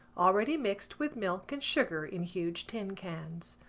already mixed with milk and sugar in huge tin cans.